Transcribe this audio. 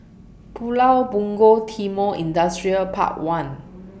Pulau Punggol Timor Industrial Park one